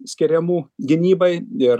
skiriamų gynybai ir